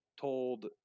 told